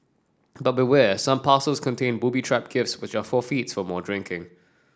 but beware some parcels contain booby trap gifts which are forfeits for more drinking